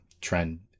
trend